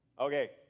Okay